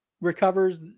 recovers